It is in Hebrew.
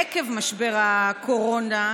עקב משבר הקורונה,